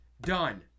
done